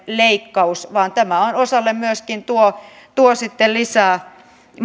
leikkaus vaan tämä osalle myöskin tuo tuo sitten